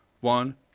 one